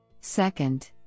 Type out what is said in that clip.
Second